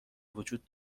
وجود